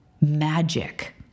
magic